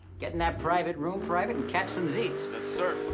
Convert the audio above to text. get in that private room, private, and catch some z's. yes sir.